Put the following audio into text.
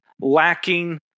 lacking